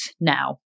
now